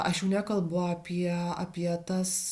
aš jau nekalbu apie apie tas